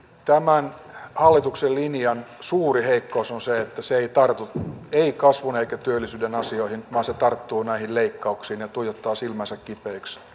tämän hallituksen linjan suuri heikkous on se että se ei tartu kasvun eikä työllisyyden asioihin vaan se tarttuu näihin leikkauksiin ja tuijottaa silmänsä kipeiksi näitä